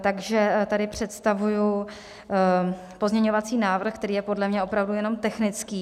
Takže tady představuji pozměňovací návrh, který je podle mě opravdu jenom technický.